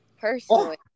personally